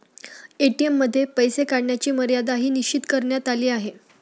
ATM मध्ये पैसे काढण्याची मर्यादाही निश्चित करण्यात आली आहे